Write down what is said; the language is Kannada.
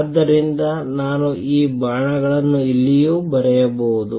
ಆದ್ದರಿಂದ ನಾನು ಈ ಬಾಣಗಳನ್ನು ಇಲ್ಲಿಯೂ ಬರೆಯಬಹುದು